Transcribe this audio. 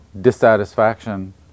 dissatisfaction